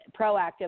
proactive